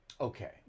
Okay